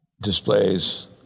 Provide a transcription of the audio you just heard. displays